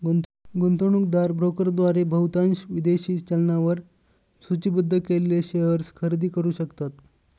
गुंतवणूकदार ब्रोकरद्वारे बहुतांश विदेशी चलनांवर सूचीबद्ध केलेले शेअर्स खरेदी करू शकतात